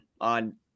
on